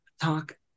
Talk